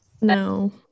no